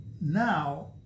now